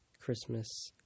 Christmas